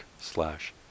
slash